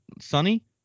sunny